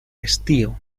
estío